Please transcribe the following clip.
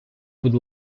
будь